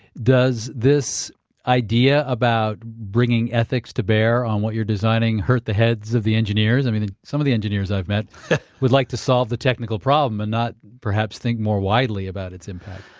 does this idea about bringing ethics to bear on what you're designing hurt the heads of the engineers? i mean, some of the engineers i've met would like to solve the technical problem and not perhaps think more widely about its impact.